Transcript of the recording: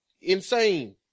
insane